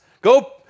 go